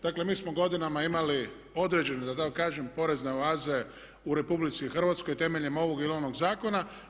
Dakle mi smo godinama imali određene da tako kažem porezne oaze u RH temeljem ovog ili onog zakona.